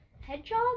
Hedgehog